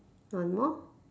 one more